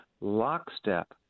lockstep